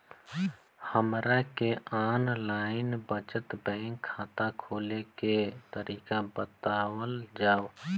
हमरा के online बचत बैंक खाता खोले के तरीका बतावल जाव?